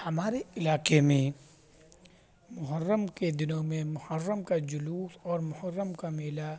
ہمارے علاقے میں محرم کے دنوں میں محرم کا جلوس اور محرم کا میلہ